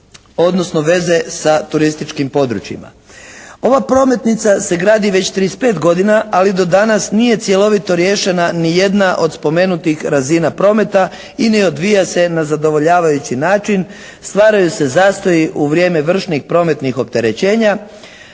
odnosno veze sa turističkim područjima. Ova prometnica se gradi već 35 godina, ali do danas nije cjelovito riješena ni jedna od spomenutih razina prometa i ne odvija se na zadovoljavajući način. Stvaraju se zastoji u vrijeme vršnih prometnih opterećenja,